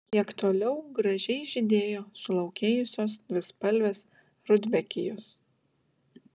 kiek toliau gražiai žydėjo sulaukėjusios dvispalvės rudbekijos